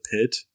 pit